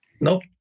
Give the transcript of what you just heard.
Nope